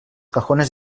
cajones